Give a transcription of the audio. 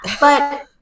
but-